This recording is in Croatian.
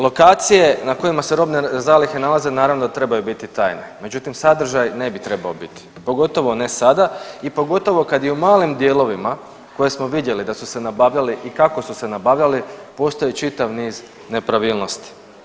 Lokacije na kojima se robne zalihe nalaze naravno da trebaju biti tajne, međutim sadržaj ne bi trebao biti pogotovo ne sada i pogotovo kada u malim dijelovima koje smo vidjeli da su se nabavljali i kako su se nabavljali postoji čitav niz nepravilnosti.